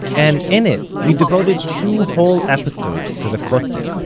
and in it, we devoted two whole episodes to the kotel,